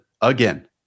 again